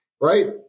right